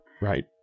Right